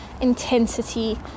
intensity